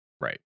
Right